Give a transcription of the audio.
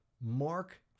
Mark